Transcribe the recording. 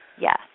Yes